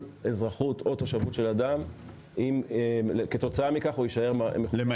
אזרחות או תושבות של אדם אם כתוצאה מכך הוא יישאר ללא כל אזרחות.